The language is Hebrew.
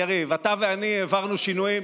יריב, אתה ואני העברנו שינויים.